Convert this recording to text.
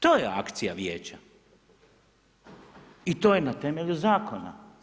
To je akcija Vijeća i to je na temelju Zakona.